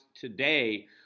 today